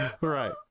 Right